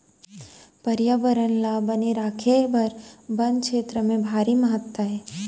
परयाबरन ल बने राखे बर बन छेत्र के भारी महत्ता हे